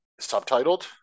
subtitled